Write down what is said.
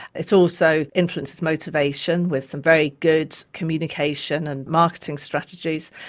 it also influences motivation with some very good communication and marketing strategies,